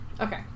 Okay